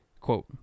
quote